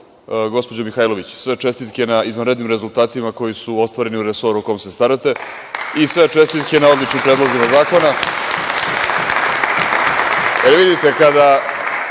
gospođo Mihajlović, sve čestitke na izvanrednim rezultatima koji su ostvareni u resoru o kom se starate i sve čestitke na odličnim predlozima zakona. Jel